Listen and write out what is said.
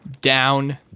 down